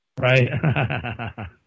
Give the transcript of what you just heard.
Right